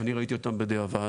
אני ראיתי אותם בדיעבד